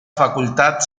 facultad